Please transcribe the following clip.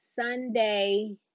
Sunday